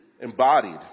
embodied